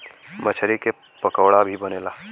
मछरी के पकोड़ा भी बनेला